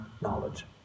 knowledge